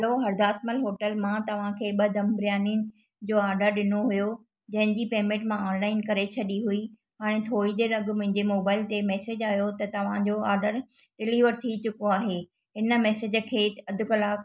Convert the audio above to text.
हलो Harudasmal hotel मां तव्हां खे ॿ दमु बिरियानी जो आडर ॾिनो हुयो जंहिं जी पेमेट मां ऑनलाईन करे छॾी हुई हाणे थोरी देरि अॻु मुंहिंजे मोबाइल ते मेसेज आयो हो त तव्हां जो ऑडर डिलीवर थी चुको आहे इन मेसेज खे अधु कलाकु